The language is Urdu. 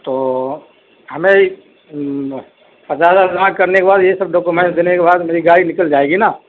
تو ہمیں پچاس ہزار جمع کرنے کے بعد یہ سب ڈاکومنٹ دینے کے بعد میری گاڑی نکل جائے گی نا